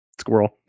squirrel